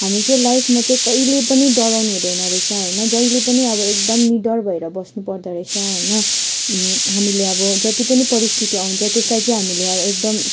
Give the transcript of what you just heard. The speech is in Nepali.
हामी चाहिँ लाइफमा चाहिँ कहिले पनि डराउनु हुँदैन रहेछ होइन जहिले पनि अब एकदमै निडर भएर बस्नुपर्दो रहेछ होइन हामीले अब जति पनि परिस्थितिहरू आउँछ त्यसलाई चाहिँ हामीले अब एकदम